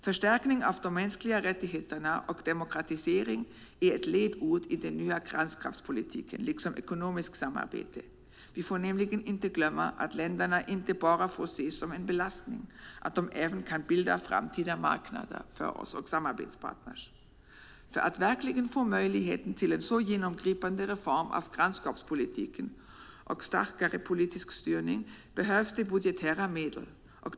Förstärkning av de mänskliga rättigheterna och demokratisering är ledord i den nya grannskapspolitiken, liksom ekonomiskt samarbete. Vi får nämligen inte glömma att länderna inte bara får ses som en belastning utan även kan utgöra framtida marknader och samarbetspartner för oss. För att verkligen få möjlighet till en så genomgripande reform av grannskapspolitiken och starkare politisk styrning behövs budgetära medel.